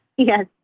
Yes